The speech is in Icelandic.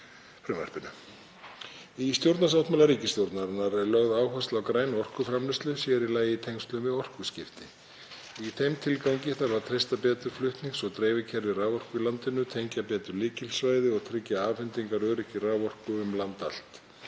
Í stjórnarsáttmála ríkisstjórnarinnar er áhersla lögð á græna orkuframleiðslu og þá sér í lagi í tengslum við orkuskipti. Í þeim tilgangi þarf að treysta betur flutnings- og dreifikerfi raforku í landinu, tengja betur lykilsvæði og tryggja afhendingaröryggi raforku um land allt.